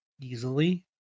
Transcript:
easily